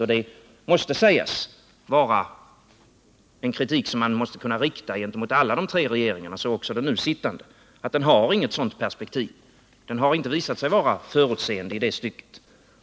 Och en kritik som måste kunna riktas mot alla de tre regeringarna — också den sittande — är att de inte haft något sådant perspektiv. De har inte visat sig vara förutseende i det stycket.